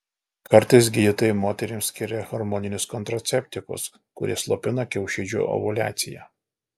kartais gydytojai moterims skiria hormoninius kontraceptikus kurie slopina kiaušidžių ovuliaciją